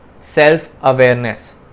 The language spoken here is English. self-awareness